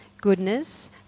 goodness